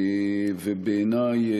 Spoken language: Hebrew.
ובעיני,